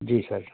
جی سر